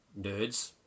nerds